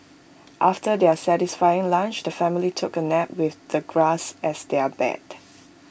after their satisfying lunch the family took A nap with the grass as their bed